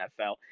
NFL